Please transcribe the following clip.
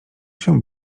się